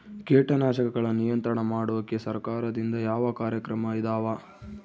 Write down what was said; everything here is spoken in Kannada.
ಕೇಟನಾಶಕಗಳ ನಿಯಂತ್ರಣ ಮಾಡೋಕೆ ಸರಕಾರದಿಂದ ಯಾವ ಕಾರ್ಯಕ್ರಮ ಇದಾವ?